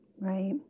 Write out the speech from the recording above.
Right